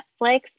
Netflix